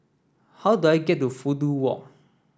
how do I get to Fudu Walk